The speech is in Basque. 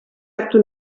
hartu